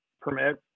permit